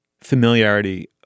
familiarity